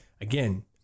Again